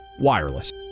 wireless